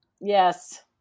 Yes